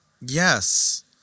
yes